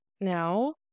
now